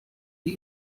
die